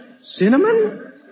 Cinnamon